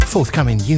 Forthcoming